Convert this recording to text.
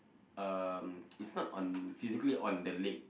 um it's not on physically on the leg